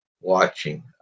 watching